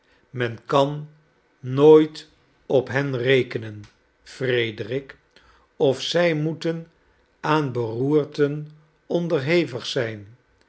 men kan nooit op henrekenen frederik of zij moeten aan beroerten onderhevig zijn